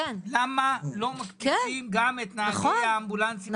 למה לא מקפיצים גם את נהגי האמבולנסים הפרטיים.